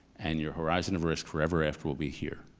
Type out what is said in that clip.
and your horizon of risk forever after will be here.